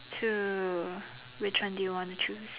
true which one do you want to choose